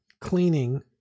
cleaning